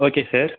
okay sir